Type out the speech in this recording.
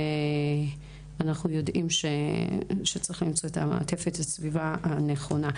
אנחנו יודעים שצריך למצוא את מעטפת הסביבה הנכונה.